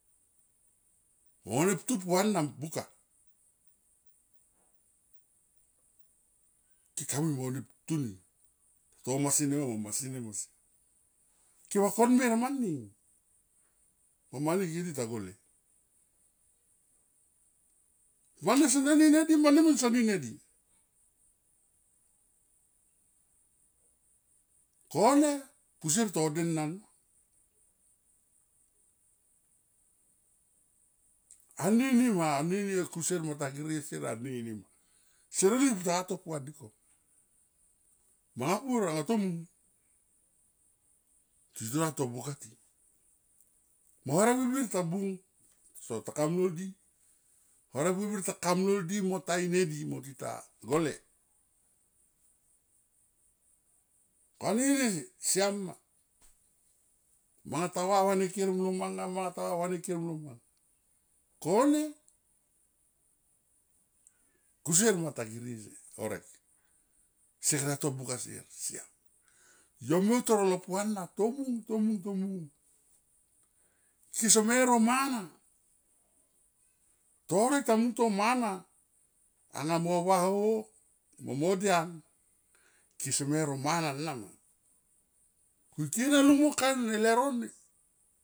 Mone ptu puana buka, keka mui mone ptuni to masi nema mo masi nema siam ke va kon mer mani ni mo mani kiri ta gole. Moni sene in hadi, mani min son in hadi kone kusier to denan. Anini ma anini kusier mo ta girie sier enini ma, sier eni pua tonga to pua di ko. Manga pur anga tomung tito ta to buka ti mo horek birbir ta kam lo di ar e bui bir ta kam lo di mota in e di mo di ta gole, anini siam ma, manga ta va, va ne ker mlo manga, manga ta va, va ne ker mlo manga kone kusier manga ta girie horek se kata to buka sier siam. Yo me utor alo pua na tomung, tomung, tomung ke seme ro manna torek ta munto mana anga mo va ho, mo mo diang kese me ro mana nama ku ike lung mo kain leuro ni.